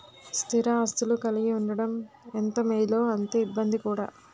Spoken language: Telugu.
స్థిర ఆస్తులు కలిగి ఉండడం ఎంత మేలో అంతే ఇబ్బంది కూడా